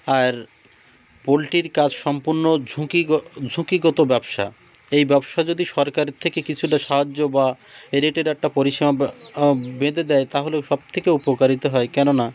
আর পোলট্রির কাজ সম্পূর্ণ ঝুঁকি ঝুঁকিগত ব্যবসা এই ব্যবসা যদি সরকারের থেকে কিছুটা সাহায্য বা এ রেটের একটা পরিসীমা বেঁধে দেয় তাহলেও সব থেকে উপকারিতা হয় কেননা